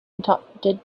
adopted